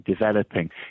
developing